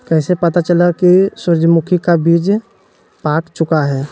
कैसे पता चलेगा की सूरजमुखी का बिज पाक चूका है?